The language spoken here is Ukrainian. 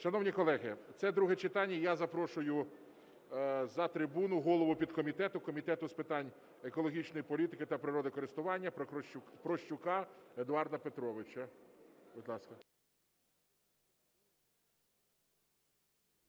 Шановні колеги, це друге читання, я запрошую за трибуну голову підкомітету Комітету з питань екологічної політики та природокористування Прощука Едуарда Петровича.